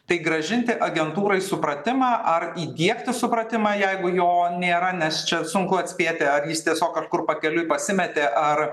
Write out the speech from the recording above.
tai grąžinti agentūrai supratimą ar įdiegti supratimą jeigu jo nėra nes čia sunku atspėti ar jis tiesiog kažkur pakeliui pasimetė ar